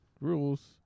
rules